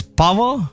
power